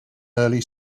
early